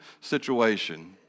situation